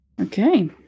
Okay